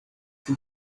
been